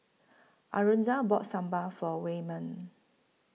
Alonza bought Sambal For Wayman